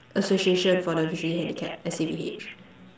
association for the visually handicapped S_A_V_H